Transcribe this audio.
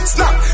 Snap